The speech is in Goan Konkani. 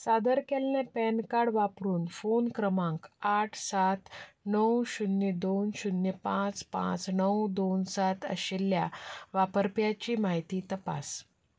सादर केल्लें पॅन कार्ड वापरून फोन क्रमांक आठ सात णव शुन्य दोन शुन्य पांच पांच णव दोन सात आशिल्ल्या वापरप्याची म्हायती तपास